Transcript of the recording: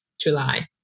July